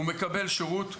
הוא מקבל שירות של